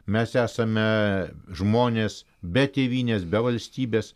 mes esame žmonės be tėvynės be valstybės